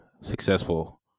successful